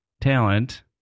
talent